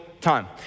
time